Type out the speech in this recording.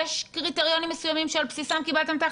יש קריטריונים מסוימים שעל בסיסם קיבלתם את ההחלטה,